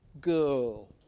girl